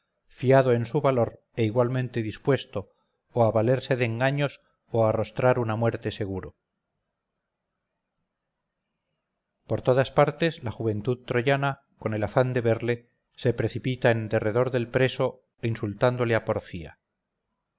fiado en su valor e igualmente dispuesto o a valerse de engaños o a arrostrar una muerte seguro por todas partes la juventud troyana con el afán de verle se precipita en derredor del preso insultándole a porfía